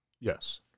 Yes